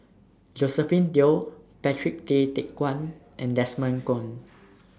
Josephine Teo Patrick Tay Teck Guan and Desmond Kon